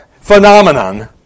phenomenon